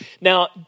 Now